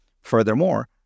Furthermore